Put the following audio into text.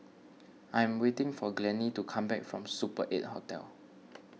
I am waiting for Glennie to come back from Super eight Hotel